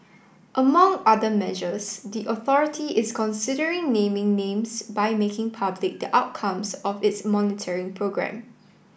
among other measures the authority is considering naming names by making public the outcomes of its monitoring programme